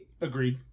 Agreed